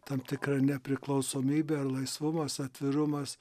tam tikra nepriklausomybė ar laisvumas atvirumas